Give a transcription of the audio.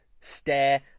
Stare